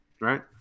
right